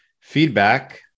Feedback